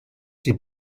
dem